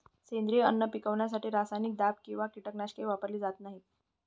सेंद्रिय अन्न पिकवण्यासाठी रासायनिक दाब किंवा कीटकनाशके वापरली जात नाहीत